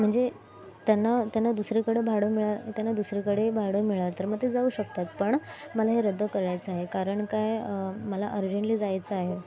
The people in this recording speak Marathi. म्हणजे त्यांना त्यांना दुसरीकडे भाडं मिळा त्यांना दुसरीकडे भाडं मिळालं तर मग ते जाऊ शकतात पण मला हे रद्द करायचं आहे कारण काय मला अर्जंटली जायचं आहे